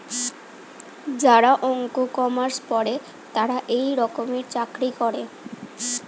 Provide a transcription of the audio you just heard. যারা অঙ্ক, কমার্স পরে তারা এই রকমের চাকরি করে